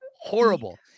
horrible